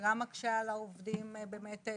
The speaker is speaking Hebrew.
זה גם מקשה על העובדים שאומרים,